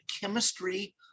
chemistry